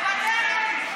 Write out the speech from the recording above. מוותרת.